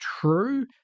true